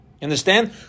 Understand